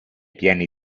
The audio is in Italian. pieni